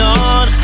on